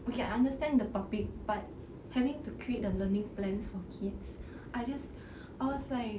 okay I understand the topic but having to create the learning plans for kids I just I was like